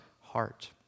heart